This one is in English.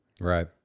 Right